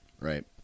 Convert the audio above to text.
right